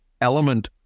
element